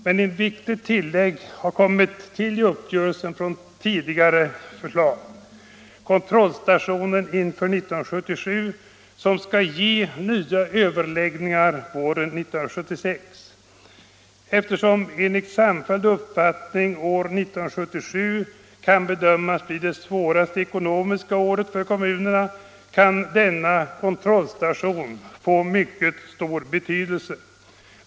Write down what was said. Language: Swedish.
Men ett viktigt tillägg har gjorts i uppgörelsen från tidigare — kontrollstationen inför 1977, som innebär nya överläggningar våren 1976 angående den kommunala ekonomiska situationen inför 1977. Eftersom enligt samfälld uppfattning år 1977 kan bedömas bli det svåraste ekonomiska året för kommunerna kan denna kontrollstation få mycket stor betydelse.